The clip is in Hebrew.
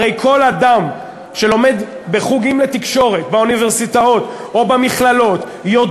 הרי כל אדם שלומד בחוגים לתקשורת באוניברסיטאות או במכללות יודע